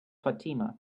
fatima